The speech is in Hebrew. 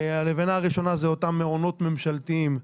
הלבנה הראשונה זה אותם מעונות ממשלתיים,